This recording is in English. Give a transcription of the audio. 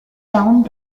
town